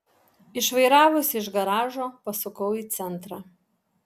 išvairavusi iš garažo pasukau į centrą